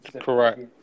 Correct